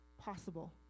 possible